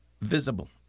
visible